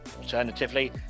Alternatively